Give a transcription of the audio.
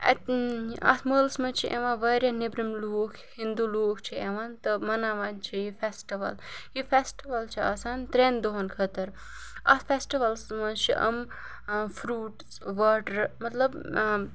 اَتہِ اَتھ مٲلَس منٛز چھِ یِوان واریاہ نٮ۪برِم لُکھ ہِنٛدوٗ لُکھ چھِ یِوان تہٕ مَناوان چھِ یہِ فیسٹٕوَل یہِ فیسٹٕوَل چھِ آسان ترٛٮ۪ن دۄہَن خٲطٕر اَتھ فیسٹٕوَلَس منٛز چھِ یِم فِرٛوٗٹٕس واٹَر مطلب